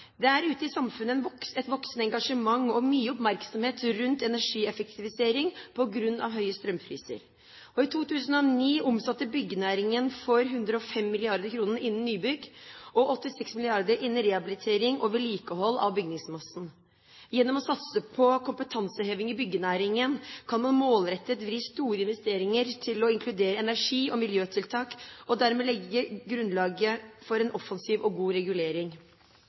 Det er ute i samfunnet et voksende engasjement og mye oppmerksomhet rundt energieffektivisering på grunn av høye strømpriser. I 2009 omsatte byggenæringen for 105 mrd. kr innen nybygg og 86 mrd. kr innen rehabilitering og vedlikehold av bygningsmassen. Gjennom å satse på kompetanseheving i byggenæringen kan man målrettet vri store investeringer til å inkludere energi- og miljøtiltak og dermed legge grunnlaget for en offensiv og god regulering.